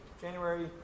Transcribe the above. January